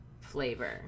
flavor